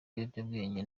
biyobyabwenge